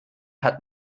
hat